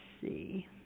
see